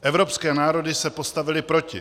Evropské národy se postavily proti.